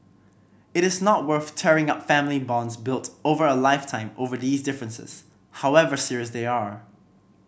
it is not worth tearing up family bonds built over a lifetime over these differences however serious they are